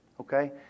okay